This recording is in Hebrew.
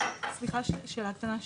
סליחה, שאלה קטנה.